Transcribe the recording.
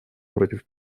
против